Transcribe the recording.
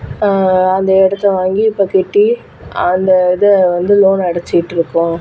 அந்த இடத்த வாங்கி இப்போ கட்டி அந்த இதை வந்து லோனை அடைச்சியிட்ருக்கோம்